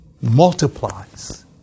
multiplies